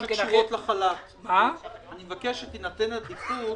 אני מבקש שתינתן עדיפות